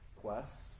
quest